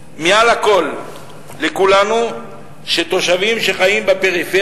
לכולנו מעל לכול שתושבים בפריפריה